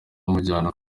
bamujyana